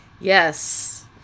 Yes